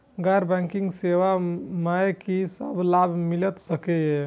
गैर बैंकिंग सेवा मैं कि सब लाभ मिल सकै ये?